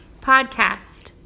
Podcast